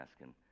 asking